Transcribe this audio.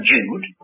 Jude